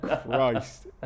Christ